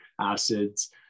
acids